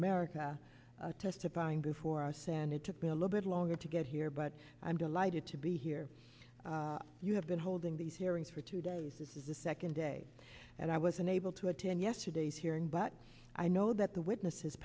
america testifying before a senate to be a little bit longer to get here but i'm delighted to be here you have been holding these hearings for two days this is the second day and i was unable to attend yesterday's hearing but i know that the witnesses